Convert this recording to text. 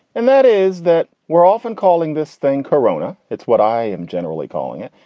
and that is that we're often calling this thing korona. it's what i am generally calling it,